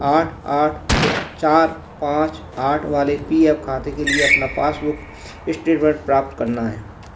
आठ आठ फ़ो चार पाँच आठ वाले पी अफ खाते के लिए अपना पासबुक स्टेटमेंट प्राप्त करना है